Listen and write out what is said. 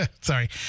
Sorry